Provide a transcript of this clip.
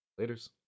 Laters